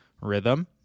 rhythm